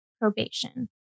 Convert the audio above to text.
probation